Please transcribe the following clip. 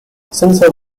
sensor